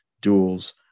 duels